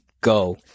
go